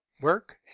work